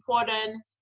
important